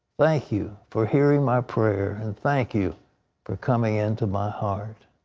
thank you for hearing my prayer, and thank you for coming into my heart.